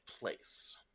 place